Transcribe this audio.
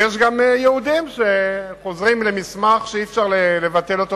יש גם יהודים שחוזרים למסמך שאי-אפשר לבטל אותו,